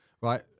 Right